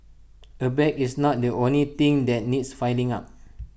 A bag is not the only thing that needs filling up